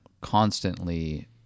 constantly